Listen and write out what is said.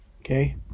Okay